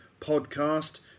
podcast